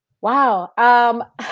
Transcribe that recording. Wow